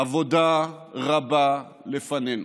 עבודה רבה לפנינו.